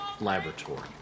laboratory